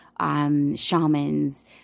shamans